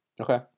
Okay